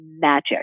magic